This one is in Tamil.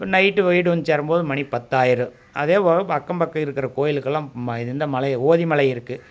இப்போ நைட்டு வீடு வந்து சேரும்போது மணி பத்து ஆகிரும் அதேபோல் அக்கம் பக்கம் இருக்கிற கோயிலுக்கெல்லாம் இந்த மலைய ஓதிமலை இருக்குது